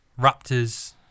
Raptors